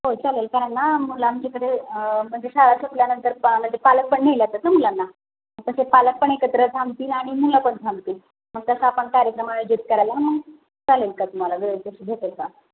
हो चालेल कारण ना मुलं आमच्याकडे म्हणजे शाळा सुटल्यानंतर पा म्हणजे पालक पण नला त्याचं मुलांना तसे पालक पण एकत्र थांबतील आणि मुलं पण थांबतील मग तसा आपण कार्यक्रम आयोजित करायला मग चालेल का तुम्हाला वेळ अशी भेटेल का